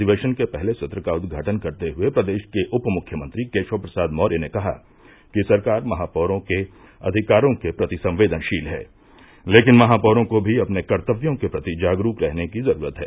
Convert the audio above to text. अधिवेशन के पहले सत्र का उदघाटन करते हुए प्रदेश के उप मुख्यमंत्री केशव प्रसाद मौर्य ने कहा कि सरकार महापौरों के अधिकारों के प्रति संवेदनशीत है लेकिन महापौरों को भी अपने कर्तव्यों के प्रति जागरूक रहने की भी जरूरत है